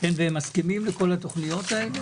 הם מסכימים לכל התכניות האלו?